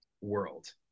world